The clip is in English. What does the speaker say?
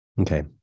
Okay